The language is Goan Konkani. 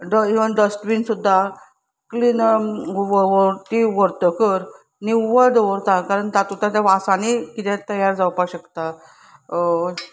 इवन डस्टबीन सुद्दां क्लीन ती व्हरतकर निव्वळ दवरता कारण तातूंत त्या वासांनी कितें तयार जावपाक शकता